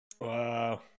Wow